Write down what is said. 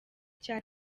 cya